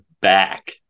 back